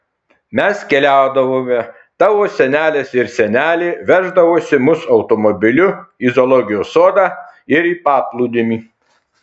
mes keliaudavome tavo senelis ir senelė veždavosi mus automobiliu į zoologijos sodą ir į paplūdimį